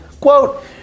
quote